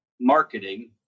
marketing